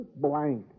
blank